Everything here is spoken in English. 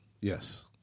Yes